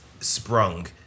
sprung